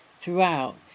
throughout